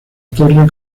torre